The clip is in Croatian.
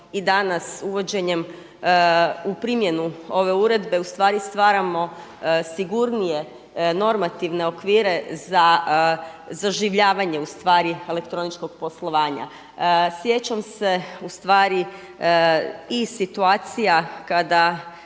i danas uvođenjem u primjenu ove uredbe u stvari stvaramo sigurnije normativne okvire za zaživljavanje u stvari elektroničkog poslovanja. Sjećam se u stvari i situacija kada